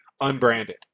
unbranded